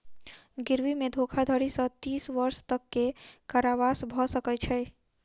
गिरवी मे धोखाधड़ी सॅ तीस वर्ष तक के कारावास भ सकै छै